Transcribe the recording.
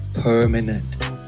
permanent